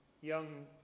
young